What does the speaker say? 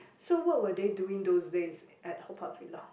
so what were they doing those days at Haw-Par-Villa